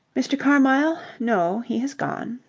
mr. carmyle? no, he has gone.